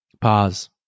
Pause